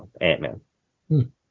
Ant-Man